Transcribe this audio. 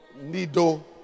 Nido